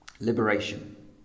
liberation